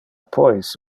pois